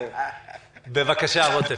בבקשה.